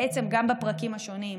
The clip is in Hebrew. בעצם גם בפרקים השונים,